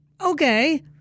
Okay